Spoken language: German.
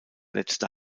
letzte